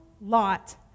lot